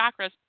chakras